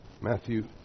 Matthew